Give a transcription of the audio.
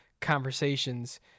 conversations